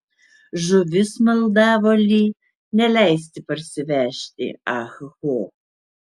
žuvis maldavo li neleisti parsivežti ah ho